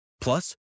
Plus